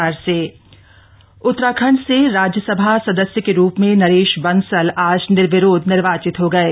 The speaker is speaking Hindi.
नरेश बंसल उतराखंड से राज्यसभा सदस्य के रूप में नरेश बंसल आज निर्विरोध निर्वाचित हो गये